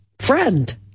Friend